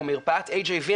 כמו מרפאת HIV,